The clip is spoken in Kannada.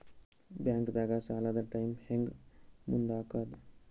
ಬ್ಯಾಂಕ್ದಾಗ ಸಾಲದ ಟೈಮ್ ಹೆಂಗ್ ಮುಂದಾಕದ್?